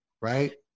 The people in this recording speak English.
right